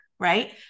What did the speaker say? Right